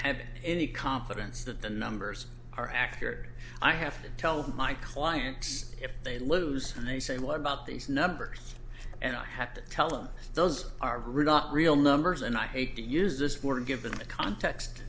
have any confidence that the numbers are accurate i have to tell my clients if they lose they say a lot about these numbers and i have to tell them those are really not real numbers and i hate to use this word given the context